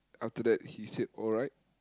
after that he said alright